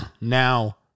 Now